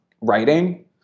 writing